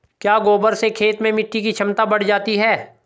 क्या गोबर से खेत में मिटी की क्षमता बढ़ जाती है?